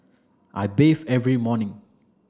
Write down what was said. I bathe every morning